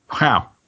Wow